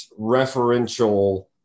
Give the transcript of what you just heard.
referential